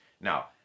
Now